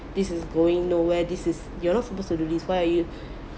this is going nowhere this is you're not supposed to do this why are you